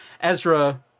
Ezra